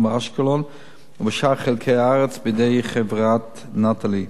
ואשקלון ובשאר חלקי הארץ בידי חברת "נטלי",